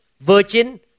virgin